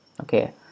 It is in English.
Okay